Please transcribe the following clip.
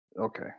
Okay